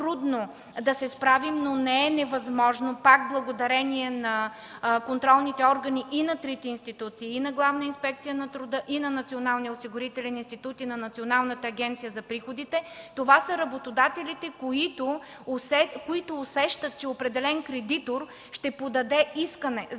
Това са работодателите, които усещат, че определен кредитор ще подаде искане за